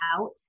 out